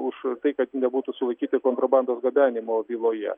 už tai kad nebūtų sulaikyti kontrabandos gabenimo byloje